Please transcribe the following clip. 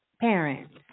parents